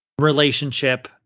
relationship